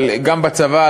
אבל גם בצבא,